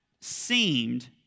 seemed